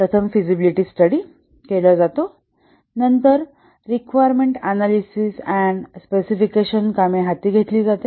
प्रथम feasibility study केला जातो नंतर रिक्वायरमेंट अनालिसिस अँड स्पेसिफिकेशन काम हाती घेतले जाते